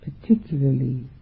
particularly